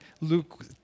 Luke